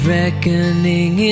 reckoning